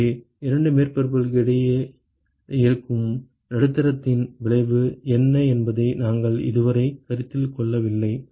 எனவே 2 மேற்பரப்புகளுக்கு இடையில் இருக்கக்கூடிய நடுத்தரத்தின் விளைவு என்ன என்பதை நாங்கள் இதுவரை கருத்தில் கொள்ளவில்லை